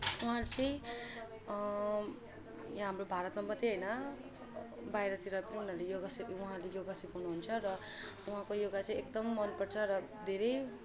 उहाँ चाहिँ यहाँ हाम्रो भारतमा मात्रै होइन बाहिरतिर पनि उनीहरूले योगा सिक उहाँले योगा सिकाउनु हुन्छ र उहाँको योगा चाहिँ एकदम मनपर्छ र धेरै